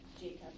Jacob